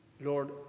Lord